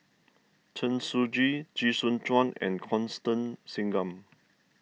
Chen Shiji Chee Soon Juan and Constance Singam